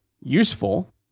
useful